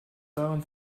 daran